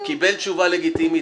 הוא קיבל תשובה לגיטימית.